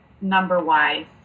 number-wise